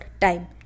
time